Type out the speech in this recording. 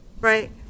Right